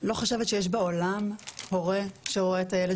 לא חושבת שיש בעולם הורה שרואה את הילד